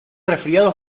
resfriado